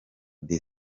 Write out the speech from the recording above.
the